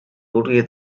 vulgui